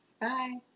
bye